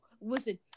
Listen